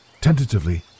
Tentatively